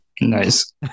nice